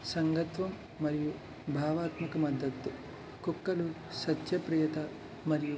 సంగత్వం మరియు భావాత్మక మద్దతు కుక్కలు సత్య ప్రీత మరియు